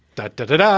that did it. um